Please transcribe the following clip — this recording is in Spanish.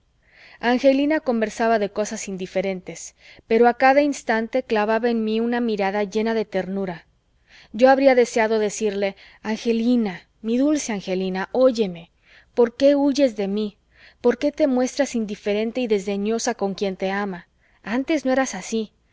angelina conversaba de cosas indiferentes pero a cada instante clavaba en mí una mirada llena de ternura yo habría deseado decirle angelina mi dulce angelina óyeme por qué huyes de mí por qué te muestras indiferente y desdeñosa con quien te ama antes no eras así